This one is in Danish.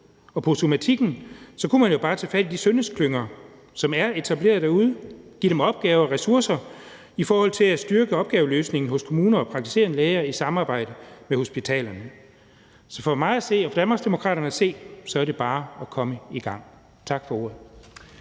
til somatikken kunne man jo bare tage fat i de sundhedsklynger, som er etableret derude, og give dem opgaver og ressourcer for at styrke opgaveløsningen hos kommuner og praktiserende læger i samarbejde med hospitalerne. Så for mig og Danmarksdemokraterne at se er det bare at komme i gang. Tak for ordet.